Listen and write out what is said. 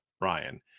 Ryan